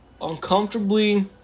uncomfortably